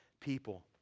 people